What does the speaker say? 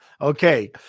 Okay